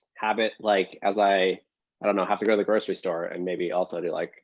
habit like as i, i don't know, have to go to the grocery store and maybe also do like